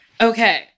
Okay